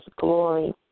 glory